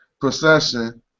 procession